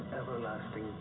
everlasting